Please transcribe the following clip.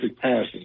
passing